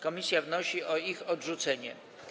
Komisja wnosi o ich odrzucenie.